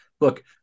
look